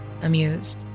amused